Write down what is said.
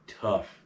tough